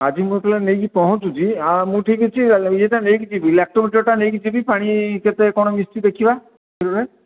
ଆଜି ମୁଁ ନେଇକି ପହଞ୍ଚୁଛି ଆଉ ମୁଁ ଠିକ୍ ଅଛି ଇଏଟା ନେଇକି ଯିବି ଲାକ୍ଟୋମିଟର୍ଟା ନେଇକି ଯିବି ପାଣି କେତେ କ'ଣ ମିଶିଛି ଦେଖିବା କ୍ଷୀରରେ